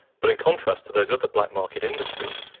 but in contrast to those other black-market-industries,